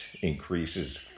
increases